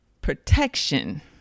protection